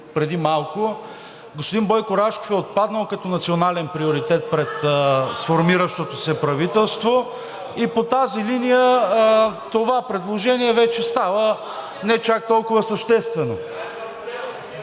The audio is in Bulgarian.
преди малко, господин Бойко Рашков е отпаднал като национален приоритет пред сформиращото се правителство и по тази линия това предложение вече става не чак толкова съществено.